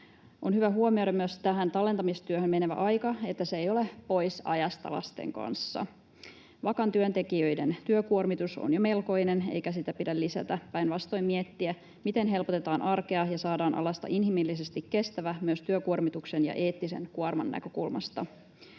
On hyvä huomioida myös tähän tallentamistyöhön menevä aika, että se ei ole pois ajasta lasten kanssa. Vakan työntekijöiden työkuormitus on jo melkoinen, eikä sitä pidä lisätä, päinvastoin pitäisi miettiä, miten helpotetaan arkea ja saadaan alasta inhimillisesti kestävä myös työkuormituksen ja eettisen kuorman näkökulmasta.